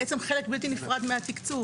בעצם חלק בלתי נפרד מהתקצוב.